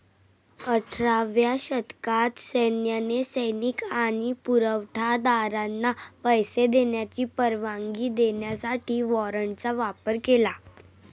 अठराव्या शतकात सैन्याने सैनिक आणि पुरवठा दारांना पैसे देण्याची परवानगी देण्यासाठी वॉरंटचा वापर केला